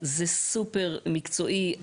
זה סופר מקצועי.